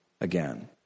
again